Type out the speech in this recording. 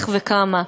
איך וכמה,